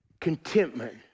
contentment